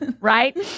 Right